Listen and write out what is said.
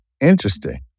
interesting